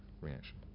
reaction